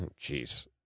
Jeez